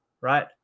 right